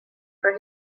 for